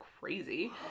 crazy